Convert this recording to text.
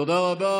תודה רבה.